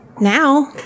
now